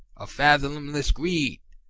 of fathomless greed,